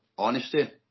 Honesty